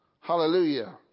Hallelujah